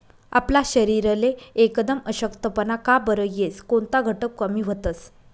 आपला शरीरले एकदम अशक्तपणा का बरं येस? कोनता घटक कमी व्हतंस?